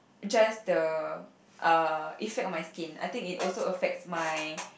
just the uh effect on my skin I think it also affects my